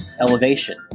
Elevation